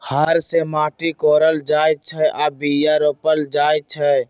हर से माटि कोरल जाइ छै आऽ बीया रोप्ल जाइ छै